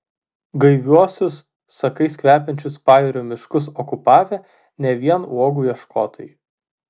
gaiviuosius sakais kvepiančius pajūrio miškus okupavę ne vien uogų ieškotojai